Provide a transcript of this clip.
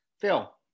Phil